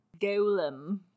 Golem